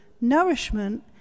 nourishment